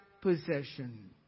possession